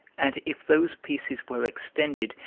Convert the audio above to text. and if those pieces were extended,